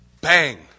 Bang